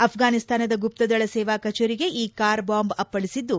ಅಫ್ಘಾನಿಸ್ತಾನದ ಗುಪ್ತದಳ ಸೇವಾ ಕಚೇರಿಗೆ ಈ ಕಾರ್ಬಾಂಬ್ ಅಪ್ಪಳಿಸಿದ್ದು